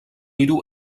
iru